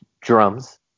drums